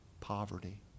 poverty